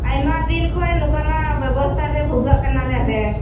ᱟᱭᱢᱟᱫᱤᱱ ᱠᱷᱚᱡ ᱱᱚᱝᱠᱟᱱᱟᱜ ᱵᱮᱵᱚᱥᱛᱟᱨᱮ ᱵᱷᱩᱜᱟᱹᱜ ᱠᱟᱱᱟᱞᱮ ᱟᱞᱮ